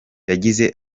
yagize